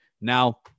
Now